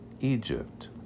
Egypt